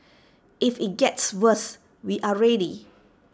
if IT gets worse we are ready